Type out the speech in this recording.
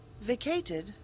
Vacated